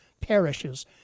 parishes